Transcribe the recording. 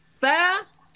fast